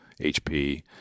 HP